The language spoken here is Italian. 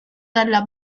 della